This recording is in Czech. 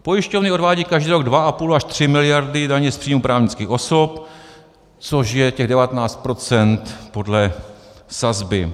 Pojišťovny odvádějí každý rok 2,5 až 3 miliardy daně z příjmu právnických osob, což je těch 19 % podle sazby.